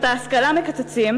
את ההשכלה מקצצים,